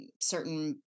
certain